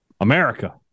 America